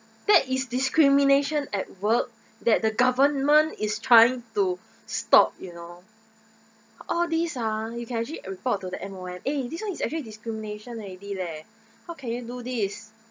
that is discrimination at work that the government is trying to stop you know all these ah you can actually report to the M_O_M eh this one is actually discrimination already leh how can you do this